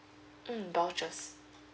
mm vouchers